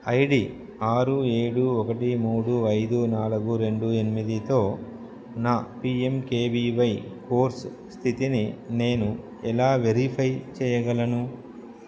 ID ఆరు ఏడు ఒకటి మూడు ఐదు నాలుగు రెండు ఎనిమిదితో నా పీఎంకేవీవై కోర్స్ స్థితిని నేను ఎలా వెరిఫై చేయగలను